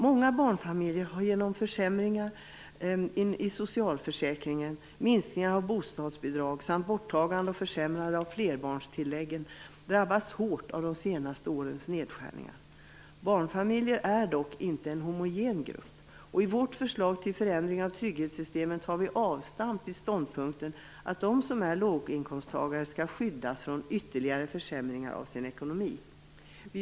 Många barnfamiljer har genom försämringar i socialförsäkringarna, minskningar av bostadsbidrag samt borttagande och försämrande av flerbarnstilläggen drabbats hårt av de senaste årens nedskärningar. Barnfamiljer är dock inte en homogen grupp. I vårt förslag till förändring av trygghetssystemen tar vi avstamp i ståndpunkten att de som är låginkomsttagare skall skyddas från ytterligare försämringar av sin ekonomi.